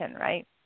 right